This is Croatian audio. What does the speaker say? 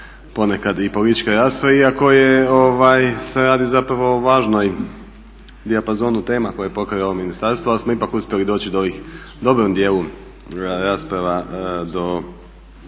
ponekad i političke rasprave iako se radi zapravo o važnoj dijapazonu tema koje pokriva ovo ministarstvo ali smo ipak uspjeli doći do ovih, u dobrom djelu rasprava do